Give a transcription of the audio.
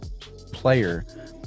player